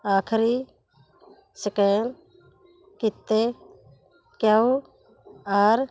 ਆਖਰੀ ਸਕੈਨ ਕੀਤੇ Q R